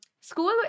school